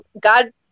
God